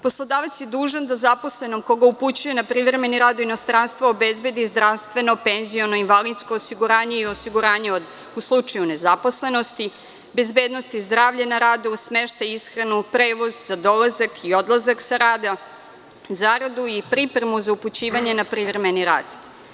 Poslodavac je dužan da zaposlenog koga upućuje na privremeni rad u inostranstvo, obezbedi zdravstveno, penziono, invalidsko osiguranje i osiguranje u slučaju nezaposlenosti, bezbednosti zdravlja na radu, smeštaj, ishranu, prevoz za dolazak i odlazak sa rada, zaradu i pripremu za upućivanje na privremeni rad.